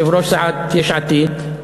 יושב-ראש סיעת יש עתיד,